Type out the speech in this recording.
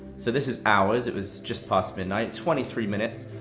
so this is hours, it was just past midnight, twenty three minutes,